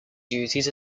duties